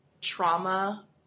trauma